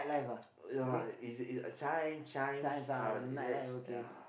ya is is a Chijmes Chijmes uh relax ya